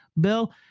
Bill